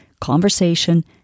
conversation